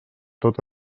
tot